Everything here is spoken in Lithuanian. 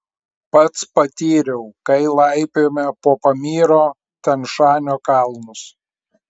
pats patyriau kai laipiojome po pamyro tian šanio kalnus